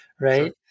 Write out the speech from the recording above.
Right